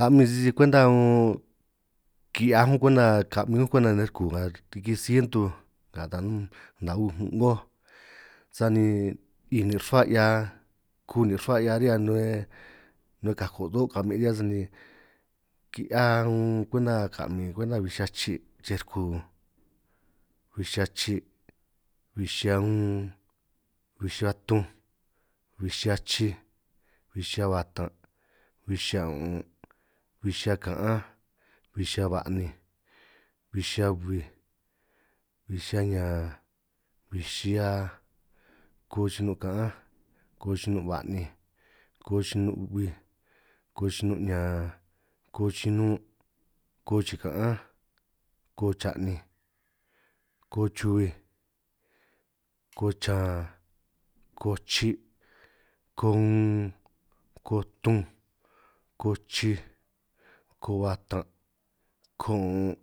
A'min sisi kwenta un ki'hiaj únj kwenta ka'min únj kwenta ne' ruku nga riki sientu nga nda uj 'ngoj sani 'i nin' rruhua 'hia kuu nin' rruhua 'hia ri'hia ni nu'hue nu'hue kako' tu'huo ka'min 'hia sani ki'hia unj kwenta kamin kwenta bij xia chi' chrej ruku. Bij xia chi', bij xia un, bij xia tunj, bij xia chij, bij xia batan', bij xia un'un', bij xia ka'anj, bij xia ba'ninj, bij xia bbij, bij xia ñan, bij xia, ko chinun' ka'anj, ko chinun' ba'ninj, ko chinun' bbij, ko chinun' ñan, ko chinun', ko chika'anj, ko cha'ninj, ko chubij, ko chan, ko chi', ko un, ko tunj, ko chij, ko batan', ko un'un',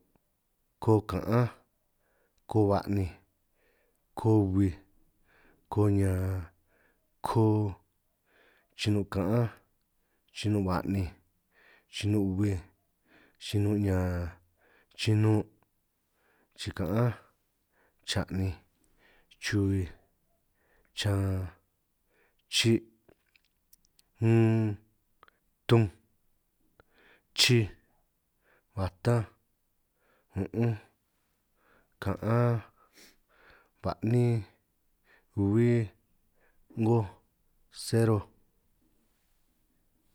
ko ka'anj, ko ba'ninj, ko bbij, ko ñan, ko, chinun' ka'anj, chinun' ba'ninj, chinun' bbij, chinun' ñan, chinun', chika'anj, cha'ninj, chubij, chan, chi', un, tunj, chij, batanj, un'unj, ka'an, ba'nin, bbi, 'ngoj, cero.